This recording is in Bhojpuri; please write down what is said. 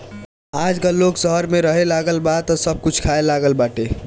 आजकल लोग शहर में रहेलागल बा तअ सब कुछ खाए लागल बाटे